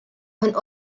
von